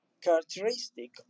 characteristic